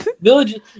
Village